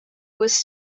was